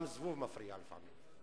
גם זבוב מפריע לפעמים.